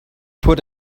put